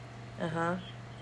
(uh huh)